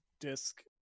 disk